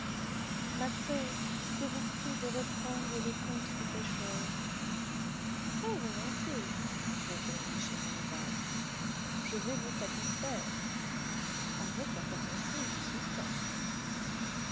ma soeur je vous prie de reprendre le conte du pêcheur très-volontiers répondit scheherazade je vais vous satisfaire avec la permission du sultan